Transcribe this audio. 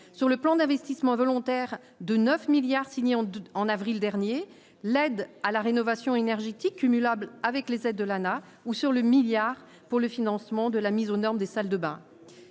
sur le plan d'investissement volontaire de 9 milliards signé en 2 en avril dernier, l'aide à la rénovation énergétique cumulable avec les aides de l'Anah ou sur le milliard pour le financement de la mise aux normes des salles de Bains.